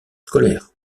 scolaire